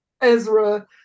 Ezra